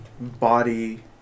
body